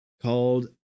Called